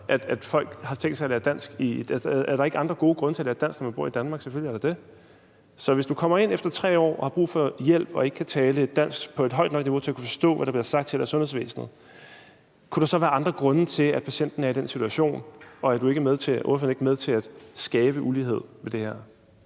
at folk har tænkt sig at lære dansk? Er der ikke andre gode grunde til at lære dansk, når man bor i Danmark? Selvfølgelig er der det. Så hvis du kommer ind efter 3 år og har brug for hjælp og ikke kan tale dansk på et højt nok niveau til at kunne forstå, hvad der bliver sagt til dig i sundhedsvæsenet, kunne der så være andre grunde til, at du er i den situation, og er ordføreren ikke med til at skabe ulighed med det her?